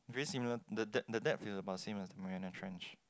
very similar the depth the depth is about same with the Mariana-Trench